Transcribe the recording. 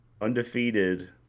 undefeated